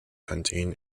hunting